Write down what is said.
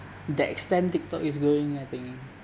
the extent tik tok is going I think